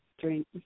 drink